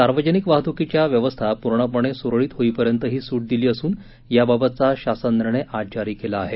सार्वजनिक वाहतुकीच्या व्यवस्था पूर्णपणे सुरळीत होईपर्यंत ही सूट दिली असून याबाबतचा शासन निर्णय आज जारी केला आहे